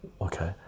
Okay